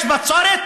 יש בצורת?